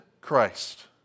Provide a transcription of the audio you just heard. Christ